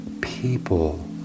people